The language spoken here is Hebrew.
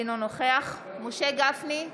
אינו נוכח משה גפני,